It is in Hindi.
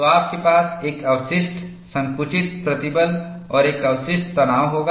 तो आपके पास एक अवशिष्ट संकुचित प्रतिबल और एक अवशिष्ट तनाव होगा